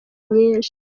nyinshi